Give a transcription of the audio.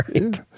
right